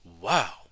Wow